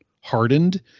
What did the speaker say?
hardened